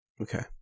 Okay